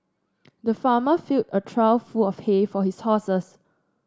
the farmer filled a trough full of hay for his horses